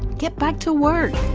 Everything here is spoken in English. get back to work